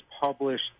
published